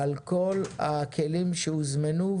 על כל הכלים שהוזמנו,